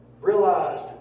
realized